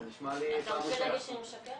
זה נשמע לי --- אתה רוצה להגיד שאני משקרת?